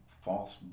false